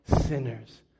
sinners